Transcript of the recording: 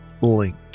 linked